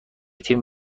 تیم